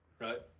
Right